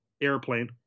Airplane